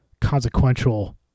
consequential